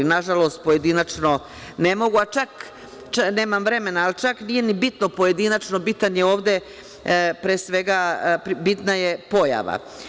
Nažalost, pojedinačno ne mogu, a čak nemam vremena a nije ni bitno pojedinačno, pre svega, bitna je pojava.